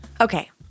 Okay